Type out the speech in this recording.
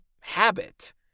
habit